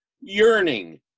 yearning